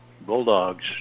Bulldogs